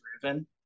driven